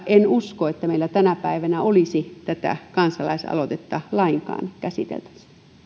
en usko että meillä tänä päivänä olisi tätä kansalaisaloitetta lainkaan käsiteltävänä